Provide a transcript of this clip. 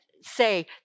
say